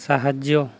ସାହାଯ୍ୟ